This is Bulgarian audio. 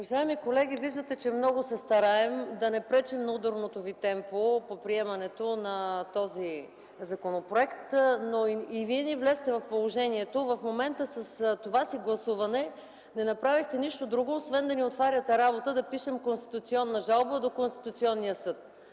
Уважаеми колеги, виждате, че много се стараем да не пречим на ударното ви темпо по приемането на този законопроект, но и вие ни влезте в положението. В момента с това си гласуване не направихте нищо друго, освен да ни отваряте работа да пишем конституционна жалба до Конституционния съд.